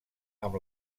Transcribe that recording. amb